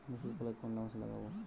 মুসুর কলাই কোন মাসে লাগাব?